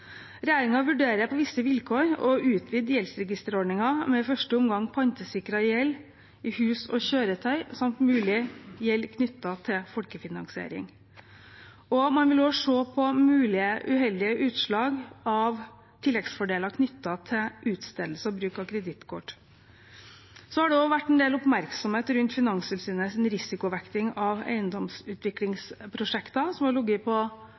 vurderer på visse vilkår å utvide gjeldsregisterordningen med i første omgang pantesikret gjeld i hus og kjøretøy, samt mulig gjeld knyttet til folkefinansiering. Man vil også se på mulige uheldige utslag av tilleggsfordeler knyttet til utstedelse og bruk av kredittkort. Det har også vært en del oppmerksomhet rundt Finanstilsynets risikovekting av eiendomsutviklingsprosjekter, som har ligget på